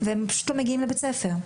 והם פשוט לא מגיעים לבית הספר.